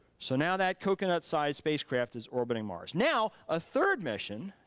so now that coconut sized spacecraft is orbiting mars. now a third mission,